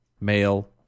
male